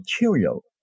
material